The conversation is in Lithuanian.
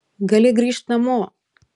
gali grįžt namo